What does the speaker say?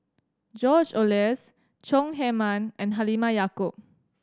George Oehlers Chong Heman and Halimah Yacob